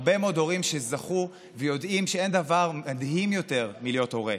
הרבה מאוד הורים שזכו ויודעים שאין דבר מדהים יותר מלהיות הורה.